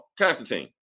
Constantine